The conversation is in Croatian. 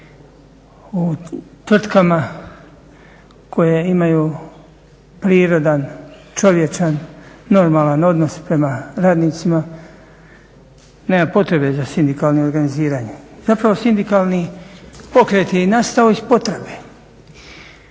U tvrtkama koje imaju prirodan, čovječan, normalan odnos prema radnicima nema potreba za sindikalnim organiziranjem. Zapravo sindikalni pokret je i nastao iz potrebe,